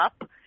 up